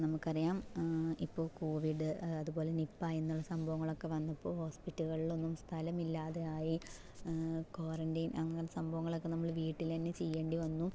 നമുക്ക് അറിയാം ഇപ്പോൾ കോവിഡ് അതുപോലെ നിപ്പ എന്നുള്ള സംഭവങ്ങളൊക്കെ വന്നപ്പോൾ ഹോസ്പിറ്റലുകളിൽ ഒന്നും സ്ഥലം ഇല്ലാതെയായി ക്വാറന്റൈൻ അങ്ങനത്തെ സംഭവങ്ങളൊക്കെ നമ്മൾ വീട്ടിൽ തന്നെ ചെയ്യേണ്ടി വന്നു